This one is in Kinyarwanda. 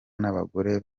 n’abagore